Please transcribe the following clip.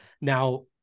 Now